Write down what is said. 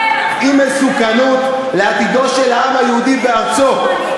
היא מסוכנות לעתידו של העם היהודי בארצו.